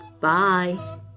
Bye